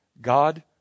God